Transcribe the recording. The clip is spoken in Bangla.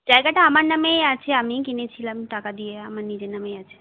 জায়গাটা আমার নামেই আছে আমিই কিনেছিলাম টাকা দিয়ে আমার নিজের নামেই আছে